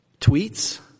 tweets